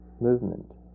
movement